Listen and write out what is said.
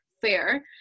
fair